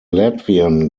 latvian